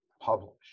published